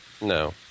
No